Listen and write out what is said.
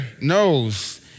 knows